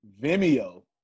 Vimeo